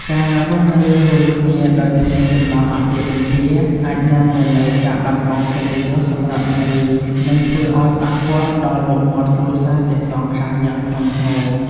ការរស់នៅរួមគ្នាដោយគ្មានចំណងអាពាហ៍ពិពាហ៍ អាចនាំមកនូវការបាត់បង់កិត្តិយសសម្រាប់នារី និងធ្វើឱ្យប៉ះពាល់ដល់មុខមាត់គ្រួសារទាំងសងខាងយ៉ាងធ្ងន់ធ្ងរ។